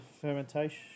fermentation